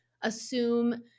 assume